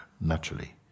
naturally